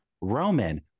Roman